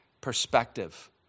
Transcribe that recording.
perspective